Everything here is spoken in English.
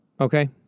Okay